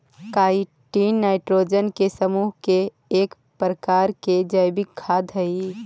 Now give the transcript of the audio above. chitin nitrogen के समूह के एक प्रकार के जैविक खाद हई